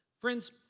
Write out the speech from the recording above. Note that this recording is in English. Friends